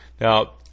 now